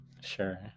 Sure